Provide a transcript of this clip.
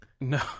No